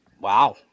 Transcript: Wow